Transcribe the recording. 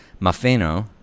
Mafeno